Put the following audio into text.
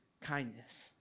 kindness